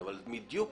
בדיוק